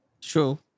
True